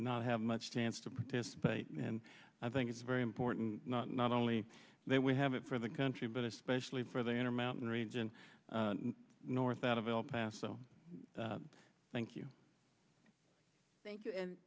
not have much chance to participate and i think it's very important not only that we have it for the country but especially for the inner mountain region north out of el paso thank you thank you and